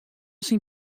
syn